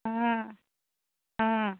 ಹಾಂ ಹಾಂ